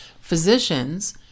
physicians